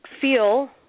feel